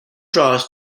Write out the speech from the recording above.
draws